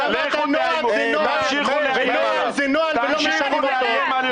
אתה אמרת: לא משנים נוהל, לא משנים נוהל.